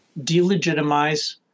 delegitimize